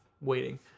waiting